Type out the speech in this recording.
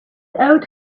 oat